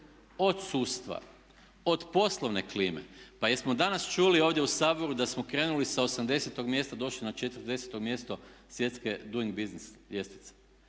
Od sudstva, od poslovne klime. Pa jesmo danas čuli ovdje u Saboru da smo krenuli sa 80.-og mjesta, došli na 40.-to mjesto svjetske doing busiess ljestvice.